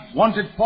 wanted